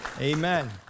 Amen